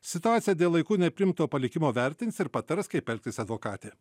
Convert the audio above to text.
situacija dėl laiku nepriimto palikimo vertins ir patars kaip elgtis advokatė